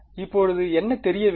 இப்போது என்ன தெரியவில்லை